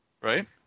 right